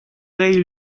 reiñ